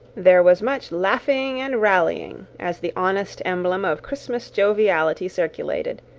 there was much laughing and rallying, as the honest emblem of christmas joviality circulated,